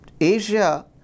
Asia